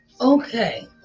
Okay